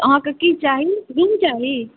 अहाँके की चाही रूम चाही